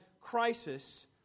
crisis